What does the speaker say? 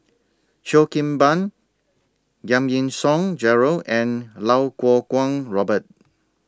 Cheo Kim Ban Giam Yean Song Gerald and Lau Kuo Kwong Robert